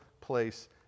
place